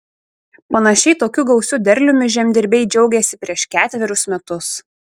panašiai tokiu gausiu derliumi žemdirbiai džiaugėsi prieš ketverius metus